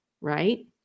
right